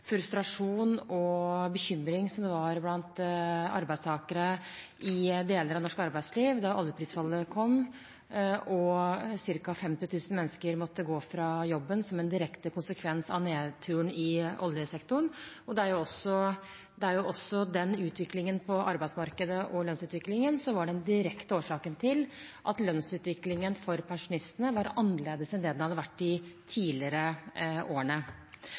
frustrasjon og bekymring som var blant arbeidstakere i deler av norsk arbeidsliv da oljeprisfallet kom og ca. 50 000 mennesker måtte gå fra jobben, som en direkte konsekvens av nedturen i oljesektoren. Det er jo også den utviklingen i arbeidsmarkedet og lønnsutviklingen som var den direkte årsaken til at lønnsutviklingen for pensjonistene var annerledes enn den hadde vært de tidligere årene.